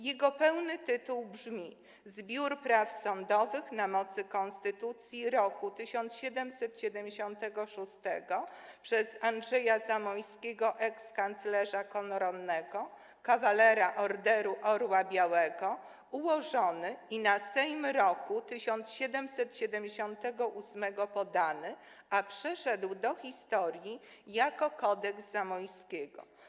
Jego pełny tytuł brzmi: „Zbior praw sądowych na mocy Konstytucyi roku 1776. przez J.W. Andrzeia Zamoyskiego, Ex-Kanclerza Koronnego, Kawalera Orderu Orła Białego, ułożony, y na Seym roku 1778. podany”, a przeszedł do historii jako „Kodeks Zamoyskiego”